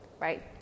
right